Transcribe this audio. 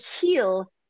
heal